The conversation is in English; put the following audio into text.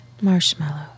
marshmallows